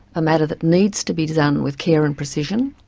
a matter that needs to be done with care and precision,